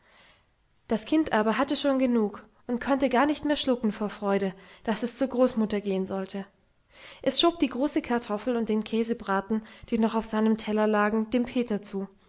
das kind aber hatte schon genug und konnte gar nicht mehr schlucken vor freude daß es zur großmutter gehen sollte es schob die große kartoffel und den käsebraten die noch auf seinem teller lagen dem peter zu